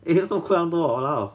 eh also cramp ball !walao!